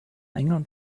enger